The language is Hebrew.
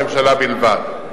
פתאום אתם מודאגים בגלל